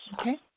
okay